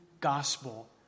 gospel